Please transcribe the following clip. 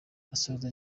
agasoza